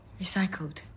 Recycled